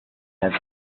has